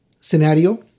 scenario